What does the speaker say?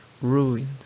ruined